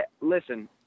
listen